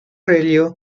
ello